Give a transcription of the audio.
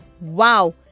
Wow